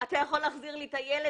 אתה יכול להחזיר לי את הילד?